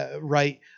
right